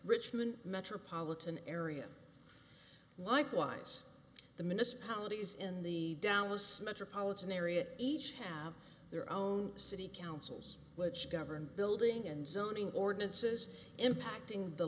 richmond metropolitan area likewise the municipality is in the dallas metropolitan area each have their own city councils which govern building and zoning ordinances impacting the